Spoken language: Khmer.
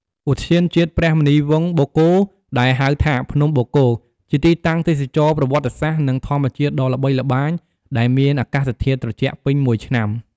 ឧទ្យានជាតិព្រះមុនីវង្សបូកគោ ដែលហៅថា ភ្នំបូកគោ ជាទីតាំងទេសចរណ៍ប្រវត្តិសាស្ត្រ និងធម្មជាតិដ៏ល្បីល្បាញ ដែលមានអាកាសធាតុត្រជាក់ពេញមួយឆ្នាំ។